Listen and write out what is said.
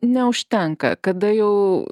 neužtenka kada jau